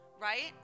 right